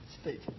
State